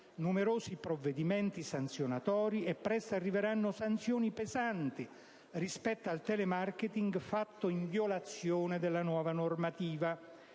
numerosi provvedimenti sanzionatori; presto arriveranno sanzioni pesanti rispetto al *telemarketing* effettuato in violazione della nuova normativa.